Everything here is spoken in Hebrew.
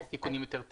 אלה תיקונים טכניים.